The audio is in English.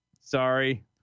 Sorry